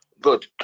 Good